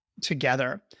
together